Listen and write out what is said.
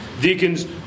Deacons